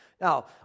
Now